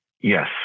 Yes